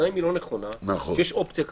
גם היא לא נכונה, שיש אופציה כזאת.